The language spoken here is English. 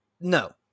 No